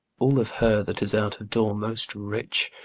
all of her that is out of door most rich!